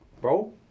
Bro